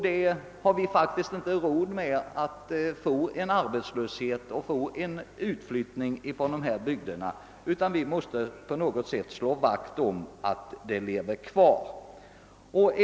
Vi har faktiskt inte råd med arbetslöshet och utflyttning från dessa bygder, utan vi måste på något sätt slå vakt om bygdens kvarlevande.